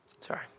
Sorry